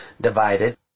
divided